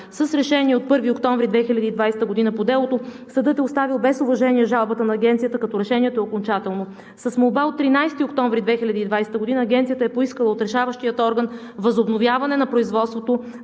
С решение от 1 октомври 2020 г. по делото съдът е оставил без уважение жалбата на Агенцията, като решението е окончателно. С молба от 13 октомври 2020 г. Агенцията е поискала от решаващия орган възобновяване на производството